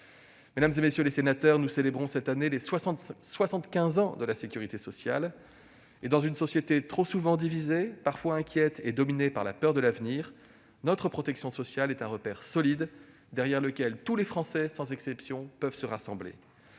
Mesdames, messieurs les sénateurs, nous célébrons cette année les soixante-quinze ans de la sécurité sociale. Dans une société trop souvent divisée, parfois inquiète et dominée par la peur de l'avenir, notre protection sociale est un repère solide derrière lequel tous les Français, sans exception, peuvent se rassembler.